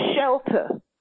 shelter